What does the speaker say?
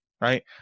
right